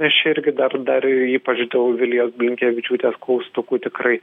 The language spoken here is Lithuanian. aš irgi dar dar ypač dėl vilijos blinkevičiūtės klaustukų tikrai